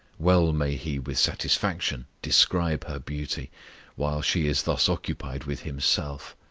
well may he with satisfaction describe her beauty while she is thus occupied with himself!